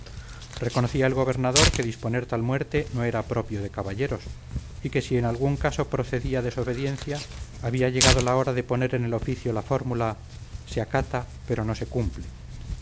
reconocía el gobernador que disponer tal muerte no era propio de caballeros y que si en algún caso procedía desobediencia había llegado la hora de poner en el oficio la fórmula se acata pero no se cumple